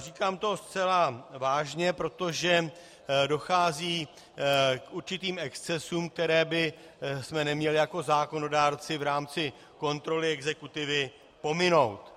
Říkám to zcela vážně, protože dochází k určitým excesům, které bychom neměli jako zákonodárci v rámci kontroly exekutivy pominout.